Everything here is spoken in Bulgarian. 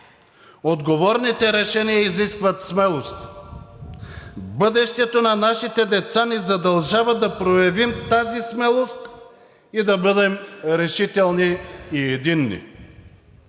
Отговорните решения изискват смелост. Бъдещето на нашите деца ни задължава да проявим тази смелост и да бъдем решителни и единни.